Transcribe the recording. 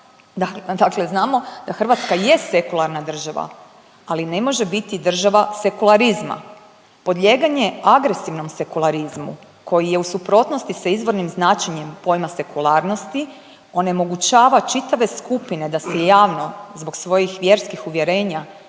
Dakle, znamo da Hrvatska je sekularna država, ali ne može biti država sekularizma. Podlijeganje agresivnom sekularizmu koji je u suprotnosti s izvornim značenja pojma sekularnosti onemogućava čitave skupine da se javno zbog svojih vjerskih uvjerenja